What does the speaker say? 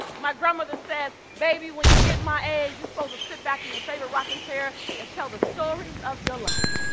my grandmother says, baby, when you get my age, you're supposed to sit back in your favorite rocking chair and tell the stories of your life.